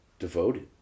devoted